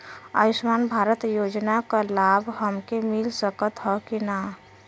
आयुष्मान भारत योजना क लाभ हमके मिल सकत ह कि ना?